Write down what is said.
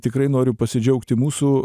tikrai noriu pasidžiaugti mūsų